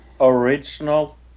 original